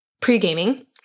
Pre-gaming